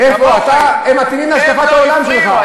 הם מתאימים להשקפת העולם שלך.